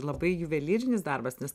labai juvelyrinis darbas nes